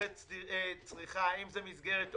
אם זה אמצעי צריכה,